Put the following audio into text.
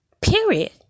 Period